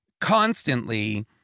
constantly